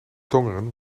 tongeren